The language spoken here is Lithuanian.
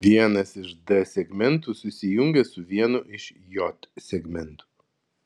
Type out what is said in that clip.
vienas iš d segmentų susijungia su vienu iš j segmentų